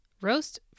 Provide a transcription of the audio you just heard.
roast